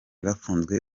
bafunzwe